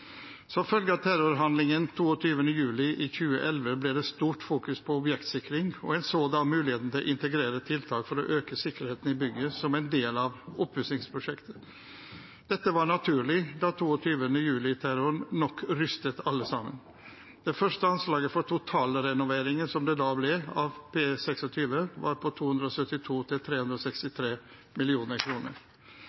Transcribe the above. Som følge av terrorhandlingen den 22. juli 2011 ble det et sterkt fokus på objektsikring, og en så da muligheten for å integrere tiltak for å øke sikkerheten i bygget som en del av oppussingsprosjektet. Dette var naturlig, da 22. juli-terroren nok rystet alle sammen. Det første anslaget for totalrenoveringen, som det da ble av P26, var på